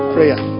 Prayer